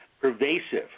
pervasive